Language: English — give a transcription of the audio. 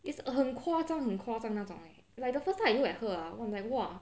is 很夸张很夸张那种 leh like the first time I look at her ah I'm like !wah!